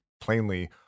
plainly